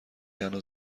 تنها